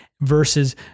versus